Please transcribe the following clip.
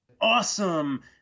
awesome